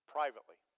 Privately